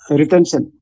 retention